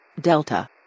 Delta